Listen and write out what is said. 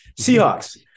Seahawks